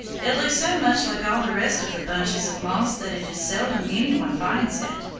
it looks so much like all the rest of the bunches of moss that it is seldom any one finds it.